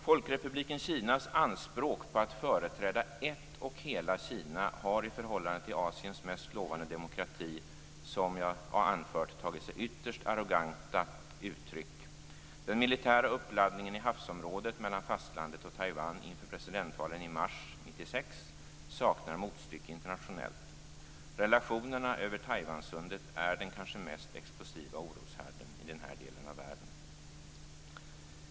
Folkrepubliken Kinas anspråk på att företräda ett och hela Kina har i förhållandet till Asiens mest lovande demokrati som jag har anfört tagit sig ytterst arroganta uttryck. Den militära uppladdningen i havsområdet mellan fastlandet och Taiwan inför presidentvalen i mars 1996 saknar motstycke internationellt. Relationerna över Taiwansundet är den kanske mest explosiva oroshärden i denna del av världen.